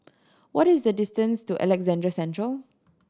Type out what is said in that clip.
what is the distance to Alexandra Central